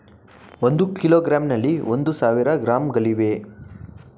ಒಂದು ಕಿಲೋಗ್ರಾಂನಲ್ಲಿ ಒಂದು ಸಾವಿರ ಗ್ರಾಂಗಳಿವೆ